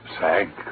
thank